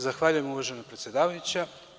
Zahvaljujem, uvažena predsedavajuća.